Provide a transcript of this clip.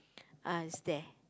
ah is there